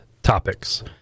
topics